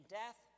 death